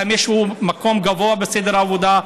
האם יש לזה מקום גבוה בסדר העבודה,